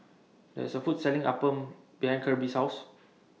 There IS A Food Selling Appam behind Kirby's House